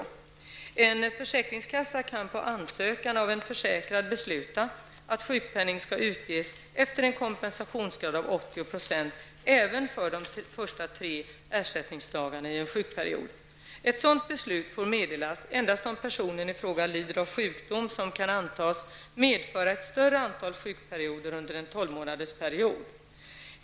En försäkringskassa kan på ansökan av en försäkrad besluta att sjukpenning skall utges efter en kompensationsgrad av 80 % även för de första tre ersättningsdagarna i en sjukperiod. Ett sådant beslut får meddelas endast om personen i fråga lider av sjukdom som kan antas medföra ett större antal sjukperioder under en tolvmånadersperiod.